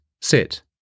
sit